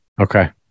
Okay